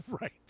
right